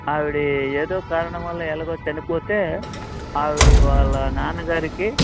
ఆవిడ ఏదో కారణం వల్ల ఎలాగో చనిపోతే ఆవిడ వాళ్ళ నాన్నగారికి